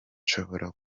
nshobora